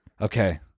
Okay